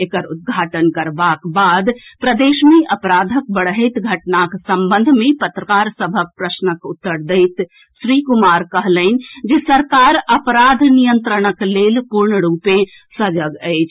एकर उद्घाटन करबाक बाद प्रदेश मे अपराधक बढ़ैत घटनाक संबंध मे पत्रकार सभक प्रश्नक उत्तर दैत श्री कुमार कहलनि जे सरकार अपराध नियंत्रणक लेल पूर्ण रूपेण सजग अछि